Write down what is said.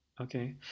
Okay